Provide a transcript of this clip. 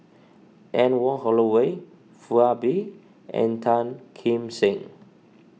Anne Wong Holloway Foo Ah Bee and Tan Kim Seng